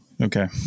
Okay